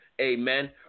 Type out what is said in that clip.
Amen